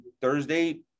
Thursday